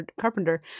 Carpenter